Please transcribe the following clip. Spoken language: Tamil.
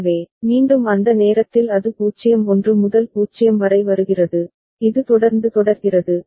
எனவே மீண்டும் அந்த நேரத்தில் அது 0 1 முதல் 0 வரை வருகிறது இது தொடர்ந்து தொடர்கிறது